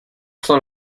son